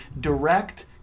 direct